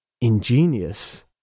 ingenious